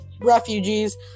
refugees